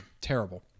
Terrible